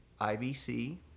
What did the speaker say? IBC